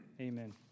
Amen